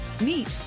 meet